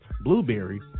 blueberry